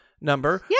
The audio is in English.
number